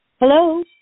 Hello